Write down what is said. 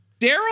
Daryl